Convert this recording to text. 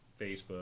Facebook